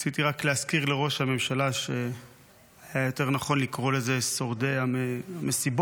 רציתי רק להזכיר לראש הממשלה שהיה יותר נכון לקרוא לזה שורדי המסיבות,